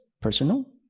personal